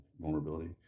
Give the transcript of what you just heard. vulnerability